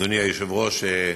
אדוני היושב-ראש,